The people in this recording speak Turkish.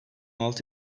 altı